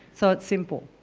so it's simple.